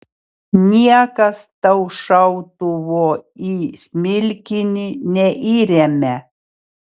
niekas tau šautuvo į smilkinį neįremia